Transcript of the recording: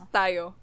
tayo